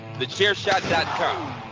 TheChairShot.com